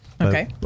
Okay